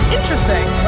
Interesting